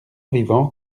vivant